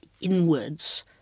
inwards